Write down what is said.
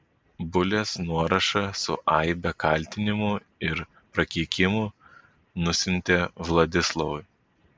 bulės nuorašą su aibe kaltinimų ir prakeikimų nusiuntė vladislovui